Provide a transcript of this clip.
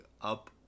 up